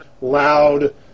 loud